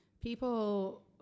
people